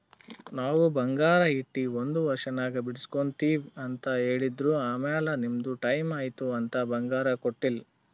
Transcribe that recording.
ನಾವ್ ಬಂಗಾರ ಇಟ್ಟಿ ಒಂದ್ ವರ್ಷನಾಗ್ ಬಿಡುಸ್ಗೊತ್ತಿವ್ ಅಂತ್ ಹೇಳಿದ್ರ್ ಆಮ್ಯಾಲ ನಿಮ್ದು ಟೈಮ್ ಐಯ್ತ್ ಅಂತ್ ಬಂಗಾರ ಕೊಟ್ಟೀಲ್ಲ್